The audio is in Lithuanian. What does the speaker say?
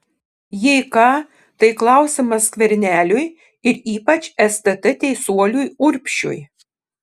jei ką tai klausimas skverneliui ir ypač stt teisuoliui urbšiui